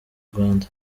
rwanda